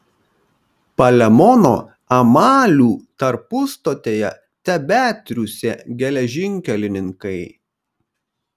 palemono amalių tarpustotėje tebetriūsė geležinkelininkai